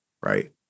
right